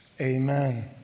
amen